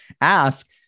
ask